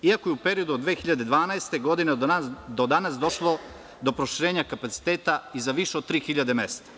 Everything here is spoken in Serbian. Iako je u periodu od 2012. godine do danas došlo do proširenja kapaciteta i za više od tri hiljade mesta.